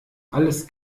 alles